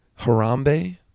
Harambe